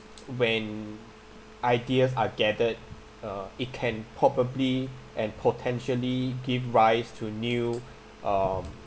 when ideas are gathered uh it can probably and potentially give rise to new um